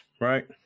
right